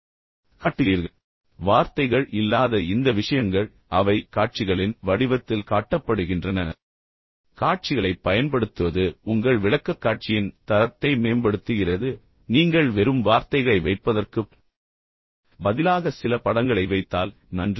இப்போது வார்த்தைகள் இல்லாத இந்த விஷயங்கள் ஆனால் அவை காட்சிகளின் வடிவத்தில் காட்டப்படுகின்றன இப்போது காட்சிகளைப் பயன்படுத்துவது உண்மையில் உங்கள் விளக்கக்காட்சியின் தரத்தை மேம்படுத்துகிறது நீங்கள் வெறும் வார்த்தைகளை வைப்பதற்குப் பதிலாக சில படங்களை வைத்தால் நன்று